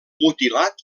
mutilat